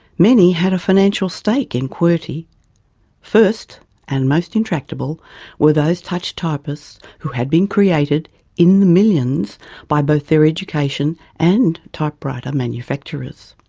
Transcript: many had a financial stake in qwertyfirst and most intractable were those touch typists who had been created in the millions by both their education and typewriter manufacturers.